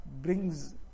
brings